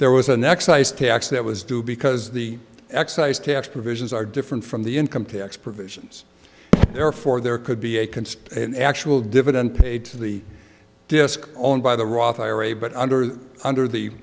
there was an excise tax that was due because the excise tax provisions are different from the income tax provisions therefore there could be a concern in actual dividends paid to the disc owned by the roth ira but under the under the